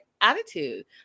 attitude